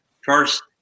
first